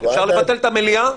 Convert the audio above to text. אפשר לבטל את המליאה?